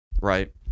right